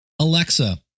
Alexa